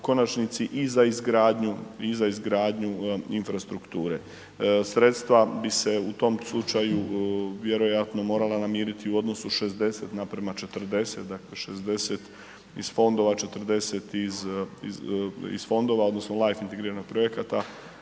i za izgradnju infrastrukture. Sredstva bi se u tom slučaju vjerojatno morala namiriti u odnosu 60 naprema 40, dakle 60 iz fondova, 40 iz fondova odnosno …/nerazumljivo/… projekata,